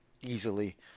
easily